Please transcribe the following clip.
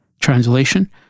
Translation